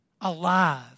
alive